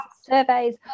surveys